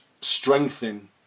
strengthen